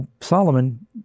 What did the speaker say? Solomon